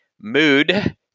mood